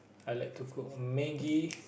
I like to cook Maggie